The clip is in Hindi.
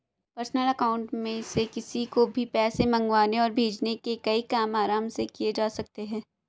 पर्सनल अकाउंट में से किसी को भी पैसे मंगवाने और भेजने के कई काम आराम से किये जा सकते है